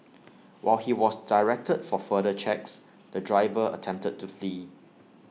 while he was directed for further checks the driver attempted to flee